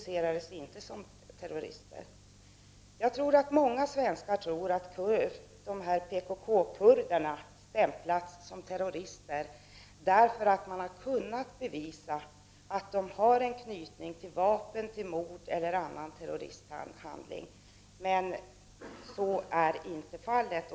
som terrorister. Många svenskar tror att de här PKK-kurderna har stämplats som terrorister, eftersom man har kunnat bevisa att de har en anknytning till vapen, mord eller annan terroristhandling, men så är inte fallet.